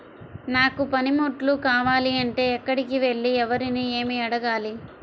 నాకు పనిముట్లు కావాలి అంటే ఎక్కడికి వెళ్లి ఎవరిని ఏమి అడగాలి?